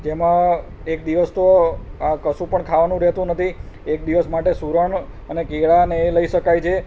જેમાં એક દિવસ તો કશું પણ ખાવાનું રહેતું નથી એક દિવસ માટે સૂરણ અને કેળાને એ લઈ શકાય છે